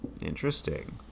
Interesting